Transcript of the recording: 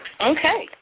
Okay